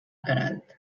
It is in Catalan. queralt